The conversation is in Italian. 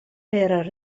per